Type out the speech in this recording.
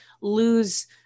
lose